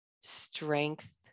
strength